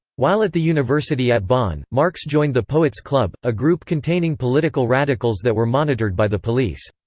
while at the university at bonn, marx joined the poets' club, a group containing political radicals that were monitored by the police.